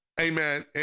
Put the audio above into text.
Amen